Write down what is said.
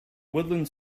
woodland